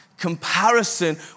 Comparison